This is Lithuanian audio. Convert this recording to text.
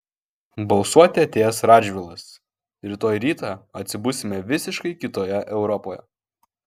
balsuoti atėjęs radžvilas rytoj rytą atsibusime visiškai kitoje europoje